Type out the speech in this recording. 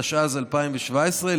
התשע"ז 2017,